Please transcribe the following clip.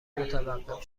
متوقف